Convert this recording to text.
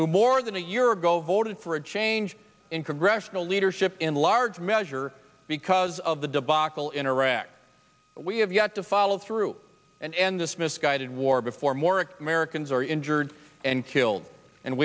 who more than a year ago voted for a change in congressional leadership in large measure because of the debacle in iraq we have yet to follow through and end this misguided war before more americans are injured and killed and